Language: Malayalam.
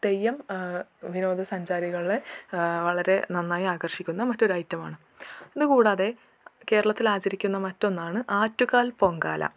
തെയ്യം വിനോദ സഞ്ചാരികളെ വളരെ നന്നായി ആകർഷിക്കുന്ന മറ്റൊരൈറ്റമാണ് ഇത് കൂടാതെ കേരളത്തിൽ ആചരിക്കുന്ന മറ്റൊന്നാണ് ആറ്റുകാൽ പൊങ്കാല